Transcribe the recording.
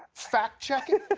fact-check it?